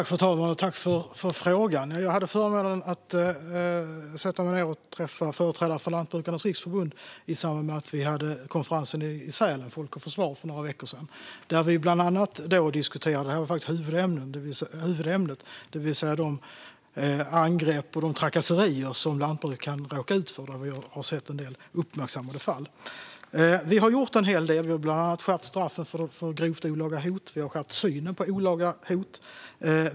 Fru talman! Jag tackar för frågan. Jag hade förmånen att få sätta mig ned och träffa företrädare för Lantbrukarnas Riksförbund i samband med konferensen Folk och Försvar i Sälen för några veckor sedan. Huvudämnet var faktiskt de angrepp och trakasserier som lantbrukare råkar ut för - vi har sett en del uppmärksammade fall. Vi har gjort en hel del. Vi har bland annat skärpt straffen för grovt olaga hot och skärpt synen på olaga hot.